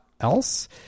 else